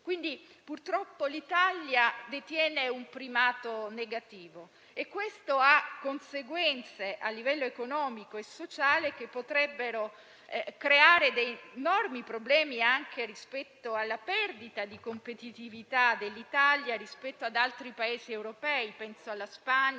Quindi, purtroppo, l'Italia detiene un primato negativo e questo ha conseguenze a livello economico e sociale che potrebbero creare enormi problemi anche rispetto alla nostra perdita di competitività rispetto ad altri Paesi europei (penso alla Spagna,